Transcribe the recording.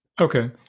okay